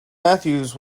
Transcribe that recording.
mathews